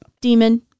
Demon